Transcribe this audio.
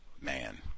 man